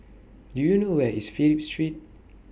Do YOU know Where IS Phillip Street